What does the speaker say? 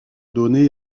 donnée